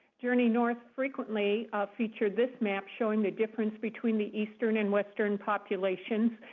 journey north frequently featured this map showing the difference between the eastern and western populations.